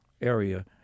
area